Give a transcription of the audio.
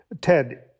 Ted